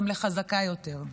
גם לחזקה יותר.